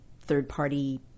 third-party